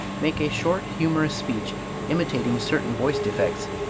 make a short humorous speech imitating certain voice defects,